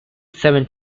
seven